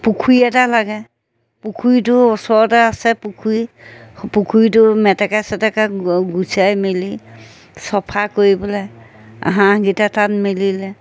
পুখুৰী এটা লাগে পুখুৰীটো ওচৰতে আছে পুখুৰী পুখুৰীটো মেটেকা চেটেকা গুচাই মেলি চফা কৰি পেলাই হাঁহকেইটা তাত মেলিলে